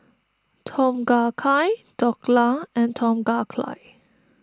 Tom Kha Gai Dhokla and Tom Kha Gai